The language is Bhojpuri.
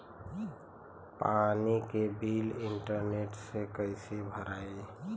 पानी के बिल इंटरनेट से कइसे भराई?